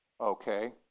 Okay